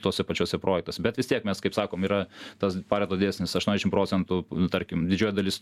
tuose pačiuose projektuose bet vis tiek mes kaip sakom yra tas pareto dėsnis aštuoniasdešim procentų tarkim didžioji dalis